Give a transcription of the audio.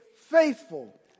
faithful